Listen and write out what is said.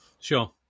Sure